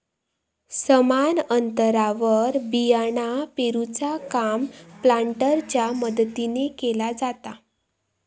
समान अंतरावर बियाणा पेरूचा काम प्लांटरच्या मदतीने केला जाता